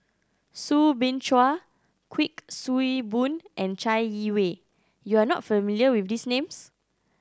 Soo Bin Chua Kuik Swee Boon and Chai Yee Wei you are not familiar with these names